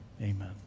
Amen